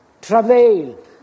travail